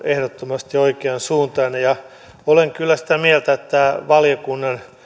ehdottomasti oikean suuntaisena olen kyllä sitä mieltä että valiokunnan